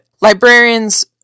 librarians